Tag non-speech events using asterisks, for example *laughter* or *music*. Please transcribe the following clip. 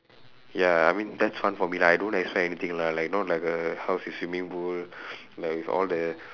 ya I mean that's one for me lah I don't expect anything lah not like a house with swimming pool *breath* like with all the